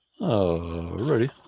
Alrighty